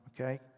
okay